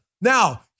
Now